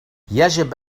يجب